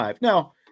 now